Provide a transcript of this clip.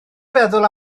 feddwl